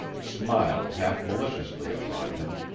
smiled half-maliciously upon him.